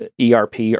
ERP